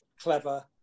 clever